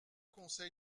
conseil